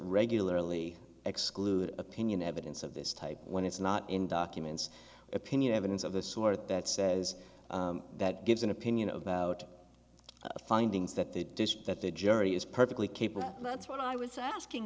regularly exclude opinion evidence of this type when it's not in documents opinion evidence of the sort that says that gives an opinion about findings that they dish that the jury is perfectly capable that's what i was asking